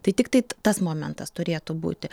tai tiktai tai tas momentas turėtų būti